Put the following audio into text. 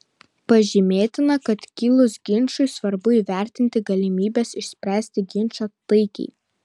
pažymėtina kad kilus ginčui svarbu įvertinti galimybes išspręsti ginčą taikiai